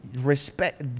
respect